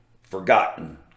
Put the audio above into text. Forgotten